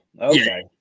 Okay